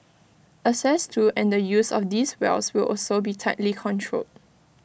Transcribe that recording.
access to and the use of these wells will also be tightly controlled